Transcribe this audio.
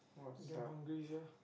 damn hungry sia